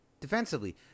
Defensively